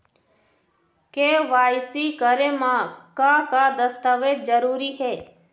KYC करे म का का दस्तावेज जरूरी हे?